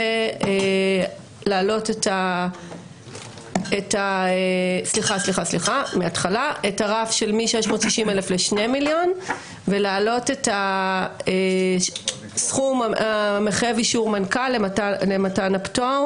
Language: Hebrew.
ולהעלות את הסכום המחייב אישור מנכ"ל למתן הפטור